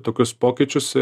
tokius pokyčius